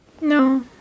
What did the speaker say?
No